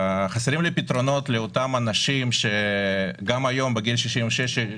חסרים לי פתרונות לאותם נשים שגם היום בגיל 66,